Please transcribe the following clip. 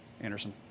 Anderson